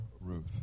Ruth